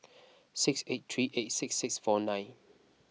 six eight three eight six six four nine